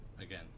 again